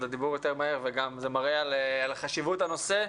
הדיבור יותר מהר וזה גם מראה על חשיבות הנושא.